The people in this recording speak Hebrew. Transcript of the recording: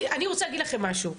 אני רוצה להגיד לכן משהו,